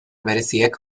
bereziek